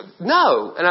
No